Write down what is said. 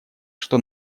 что